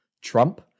Trump